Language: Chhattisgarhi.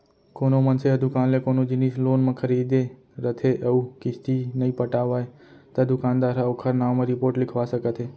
कोनो मनसे ह दुकान ले कोनो जिनिस लोन म खरीदे रथे अउ किस्ती नइ पटावय त दुकानदार ह ओखर नांव म रिपोट लिखवा सकत हे